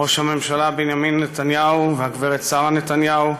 ראש הממשלה בנימין נתניהו והגברת שרה נתניהו,